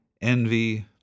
envy